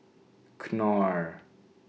Knorr